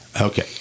Okay